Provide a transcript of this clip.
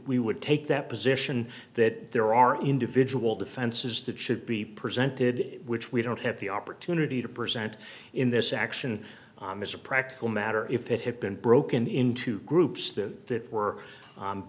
we would take that position that there are individual defenses that should be presented which we don't have the opportunity to present in this action as a practical matter if it had been broken into groups that were